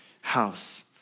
house